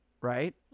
Right